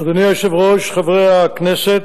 אדוני היושב-ראש, חברי הכנסת,